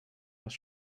was